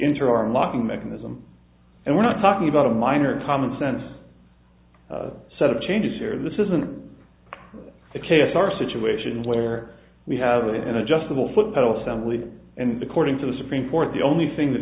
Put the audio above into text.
interim locking mechanism and we're not talking about a minor common sense set of changes here this isn't the case our situation where we have an adjustable foot pedal assembly and according to the supreme court the only thing that